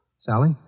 Sally